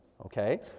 okay